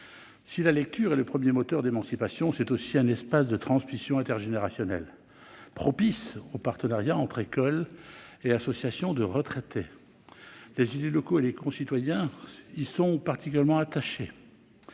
Si la lecture est le premier moteur de l'émancipation, c'est aussi un espace de transmission intergénérationnelle, propice aux partenariats entre école et associations de retraités. Les élus locaux et nos concitoyens y sont particulièrement attachés.